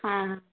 हँ